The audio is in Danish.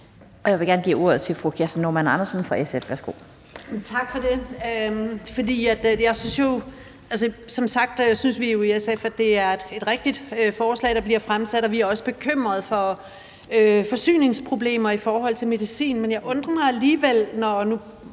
fra SF. Værsgo. Kl. 12:49 Kirsten Normann Andersen (SF): Tak for det. Som sagt synes vi jo i SF, at det er et rigtigt forslag, der bliver fremsat, og vi er også bekymrede for forsyningsproblemer i forhold til medicin,